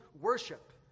worship